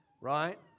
Right